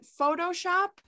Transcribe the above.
Photoshop